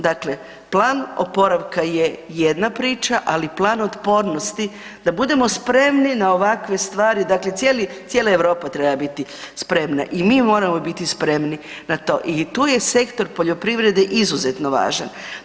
Dakle, plan oporavka je jedna priča, ali plan otpornosti, da budemo spremni na ovakve stvari, dakle cijela Europa treba biti spremna i mi moramo biti spremni na to i tu je sektor poljoprivrede izuzetno važan.